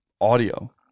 audio